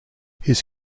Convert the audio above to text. his